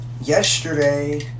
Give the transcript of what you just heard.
yesterday